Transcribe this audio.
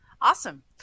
awesome